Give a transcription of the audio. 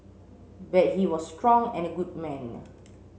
but he was strong and a good man